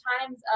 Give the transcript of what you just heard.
times